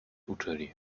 uczyli